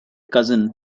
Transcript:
cousin